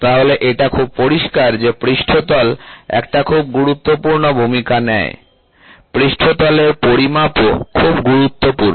তাহলে এটা খুব পরিষ্কার যে পৃষ্ঠতল একটা খুব গুরুত্বপূর্ণ ভূমিকা নেয় পৃষ্ঠতলের পরিমাপও খুব গুরুত্বপূর্ণ